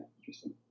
interesting